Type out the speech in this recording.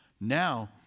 now